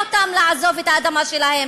צריכים לשכנע אותם לעזוב את האדמה שלהם,